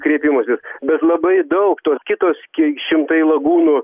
kreipimąsi bet labai daug tos kitos ke šimtai lagūnų